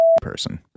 person